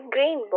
Green